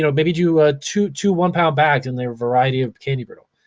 you know maybe do ah two two one pound bags in the variety of candy brittle.